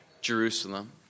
Jerusalem